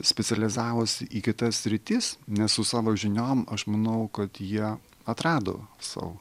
specializavosi į kitas sritis nes su savo žiniom aš manau kad jie atrado sau